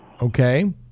Okay